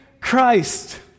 Christ